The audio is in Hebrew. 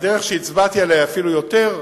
שהדרך שהצבעתי עליה היא אפילו יותר,